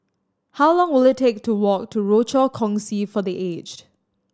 how long will it take to walk to Rochor Kongsi for The Aged